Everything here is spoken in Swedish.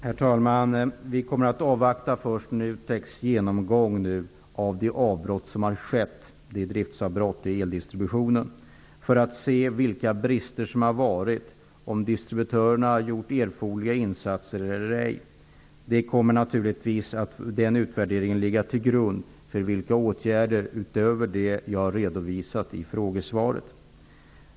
Herr talman! Vi kommer först att avvakta NUTEK:s genomgång av de driftavbrott som har skett i eldistributionen. På så sätt kan vi se vilka bristerna har varit och om distributörerna har gjort erforderliga insatser eller ej. Den utvärderingen kommer naturligtvis att ligga till grund för vilka åtgärder som skall vidtas utöver dem som jag redovisade i frågesvaret.